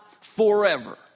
forever